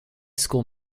school